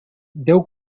déu